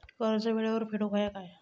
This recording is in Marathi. कर्ज येळेवर फेडूक होया काय?